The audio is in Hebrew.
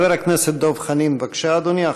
חבר הכנסת דב חנין, בבקשה, אדוני.